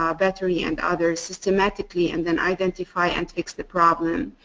um battery and others systematically and then identify and fix the problem.